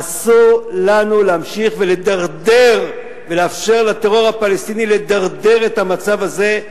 אסור לנו להמשיך ולדרדר ולאפשר לטרור הפלסטיני לדרדר את המצב הזה,